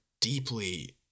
deeply